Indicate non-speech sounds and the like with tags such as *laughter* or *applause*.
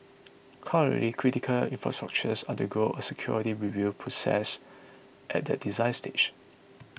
*noise* currently critical infrastructures undergo a security review process at the design stage